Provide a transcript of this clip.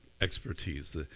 expertise